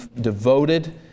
devoted